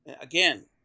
again